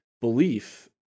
belief